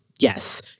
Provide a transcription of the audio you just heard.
Yes